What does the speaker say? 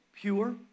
pure